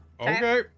Okay